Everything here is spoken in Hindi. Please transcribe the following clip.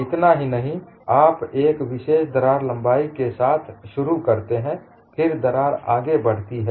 इतना ही नहीं आप एक विशेष दरार लंबाई के साथ शुरू करते हैं फिर दरार आगे बढ़ती है